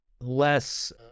less